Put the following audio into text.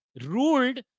ruled